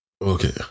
Okay